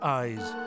eyes